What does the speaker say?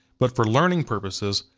but for learning purposes,